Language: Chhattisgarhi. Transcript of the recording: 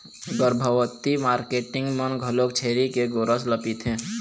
गरभबती मारकेटिंग मन घलोक छेरी के गोरस ल पिथें